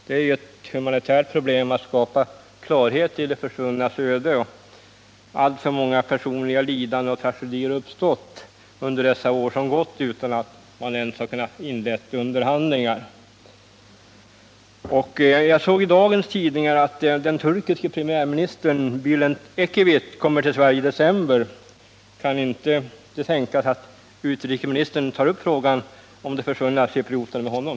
Det är av stort humanitärt intresse att försöka skapa klarhet i de försvunna personernas öde, och alltför många personliga lidanden och tragedier har ägt rum under de år som gått utan att man ens har kunnat inleda underhandlingar. Jag såg i dagens tidningar att den turkiske premiärministern Ecevit kommer till Sverige i december. Kan det tänkas att utrikesministern då tar upp frågan om de försvunna cyprioterna med honom?